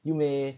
you may